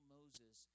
Moses